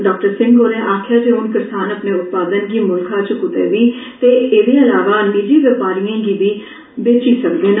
डॉ सिंह होरें आक्खेआ जे हुन करसान अपने उत्पादन गी मुल्खा च कुत्तै बी ते एह्दे इलावा निजी बपारिएं गी बी बेची सकदे न